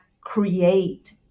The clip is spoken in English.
create